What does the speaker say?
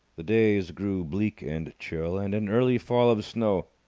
the days grew bleak and chill, and an early fall of snow,